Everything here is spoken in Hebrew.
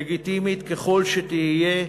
לגיטימית ככל שתהיה,